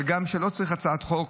הגם שלא צריך הצעת חוק,